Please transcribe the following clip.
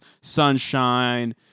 sunshine